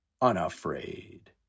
unafraid